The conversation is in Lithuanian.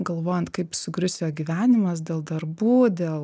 galvojant kaip sugrius jo gyvenimas dėl darbų dėl